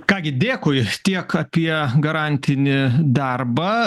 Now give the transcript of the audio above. ką gi dėkui tiek apie garantinį darbą